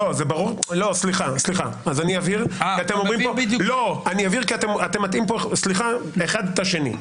אני אבהיר כי אתם מטעים כאן אחד את השני.